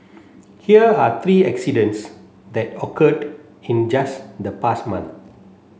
here are three accidents that occurred in just the past month